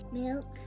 milk